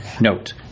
Note